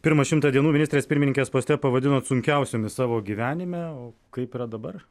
pirmą šimtą dienų ministrės pirmininkės poste pavadinot sunkiausiomis savo gyvenime o kaip yra dabar